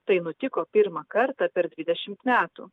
tai nutiko pirmą kartą per dvidešimt metų